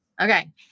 okay